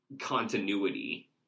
continuity